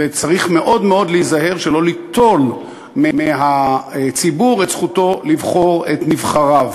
וצריך מאוד מאוד להיזהר שלא ליטול מהציבור את זכותו לבחור את נבחריו.